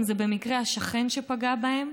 אם זה מקרה שהשכן פגע בהם.